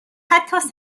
حتی